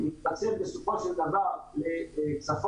מתפצל בסופו של דבר צפונה,